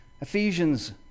Ephesians